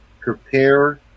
prepare